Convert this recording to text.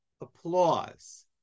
applause